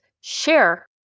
share